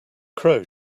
crow